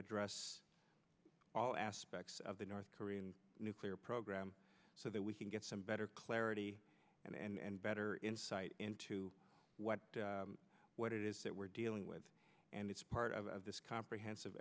address all aspects of the north korean nuclear program so that we can get some better clarity and better insight into what it is that we're dealing with and it's part of this comprehensive